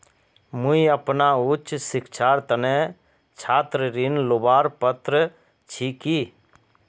मुई अपना उच्च शिक्षार तने छात्र ऋण लुबार पत्र छि कि?